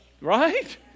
Right